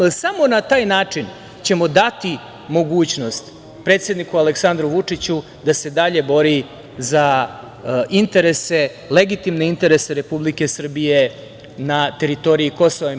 Samo na taj način ćemo dati mogućnost predsedniku Aleksandru Vučiću da se dalje bori za interese, legitimne interese Republike Srbije na teritoriji KiM.